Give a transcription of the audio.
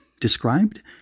described